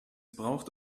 braucht